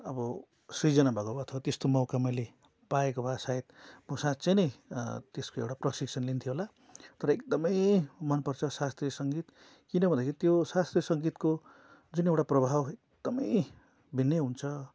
अब सृजना भएको भए त हो त्यस्तो मौका मैले पाएँको भए सायद म साँच्चै नै त्यसको एउटा प्रशिक्षण लिन्थेँ होला तर एकदमै मनपर्छ शास्त्रीय सङ्गीत किनभन्दाखेरि त्यो शास्त्रीय सङ्गीतको जुन एउटा प्रभाव एकदमै भिन्नै हुन्छ